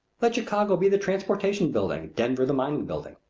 let chicago be the transportation building, denver the mining building.